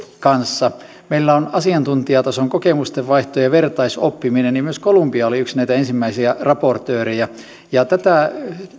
kanssa meillä on asiantuntijatason kokemustenvaihto ja vertaisoppiminen ja myös kolumbia oli yksi näitä ensimmäisiä raportööreja ja tätä